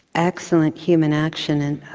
excellent human action and